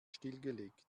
stillgelegt